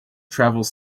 travels